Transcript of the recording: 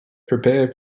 prepare